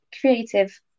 creative